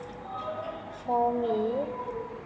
for me